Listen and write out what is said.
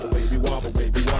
wobble baby,